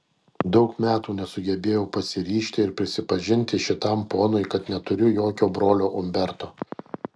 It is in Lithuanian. daug metų nesugebėjau pasiryžti ir prisipažinti šitam ponui kad neturiu jokio brolio umberto